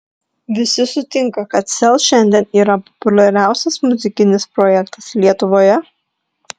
visi sutinka kad sel šiandien yra populiariausias muzikinis projektas lietuvoje